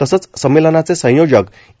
तसंच संमेलनाचे संयोजक इ